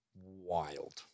Wild